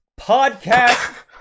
podcast